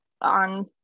on